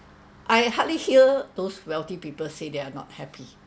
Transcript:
I hardly hear those wealthy people say they are not happy